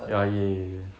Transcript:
ya eh